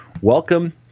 Welcome